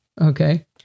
Okay